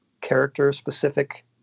character-specific